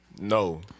No